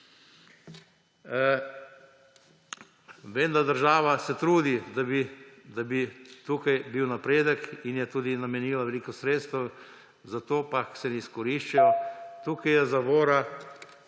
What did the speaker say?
se država trudi, da bi tukaj bil napredek, in je tudi namenila veliko sredstev, da bi se to izkoriščalo. Tukaj je zavora.